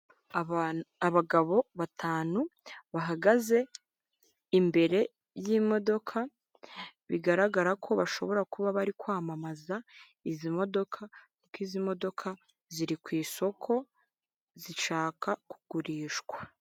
Abagabo batanu bahagaze imbere y'imodoka bigaragara ko bashobora kuba bari kwamamaza izi modoka, kuko izi modoka ziri ku isoko zishaka kugurishwa.